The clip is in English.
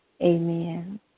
amen